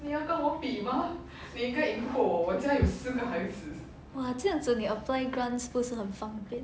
!wah! 这样子你 apply grants 不是很方便